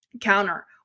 counter